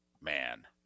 Man